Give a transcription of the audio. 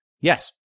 yes